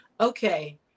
Okay